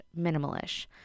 minimalish